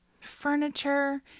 furniture